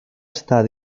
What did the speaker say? estar